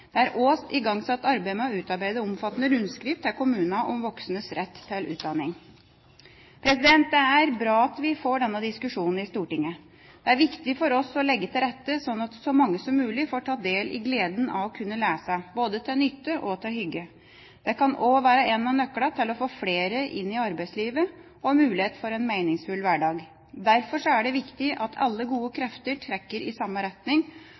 Det er også igangsatt arbeid med å utarbeide omfattende rundskriv til kommuner om voksnes rett til utdanning. Det er bra at vi får denne diskusjonen i Stortinget. Det er viktig for oss å legge til rette slik at så mange som mulig får ta del i gleden av å kunne lese, både til nytte og til hygge. Det kan også være en av nøklene til å få flere inn i arbeidslivet og få mulighet til en meningsfull hverdag. Derfor er det viktig at alle gode krefter trekker i samme retning